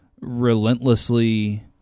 relentlessly